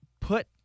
put